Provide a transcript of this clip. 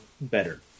better